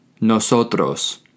nosotros